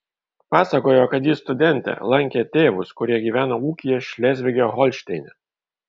pasakojo kad ji studentė lankė tėvus kurie gyvena ūkyje šlezvige holšteine